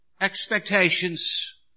expectations